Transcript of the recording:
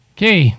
Okay